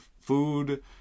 food